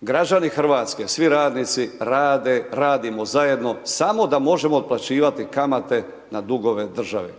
građani Hrvatske, svi radnici, rade, radimo zajedno samo da možemo otplaćivati kamate na dugove države.